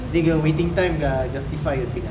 dia punya waiting time dah justify the thing ah